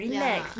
ya